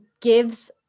gives